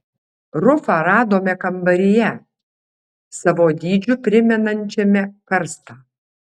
rufą radome kambaryje savo dydžiu primenančiame karstą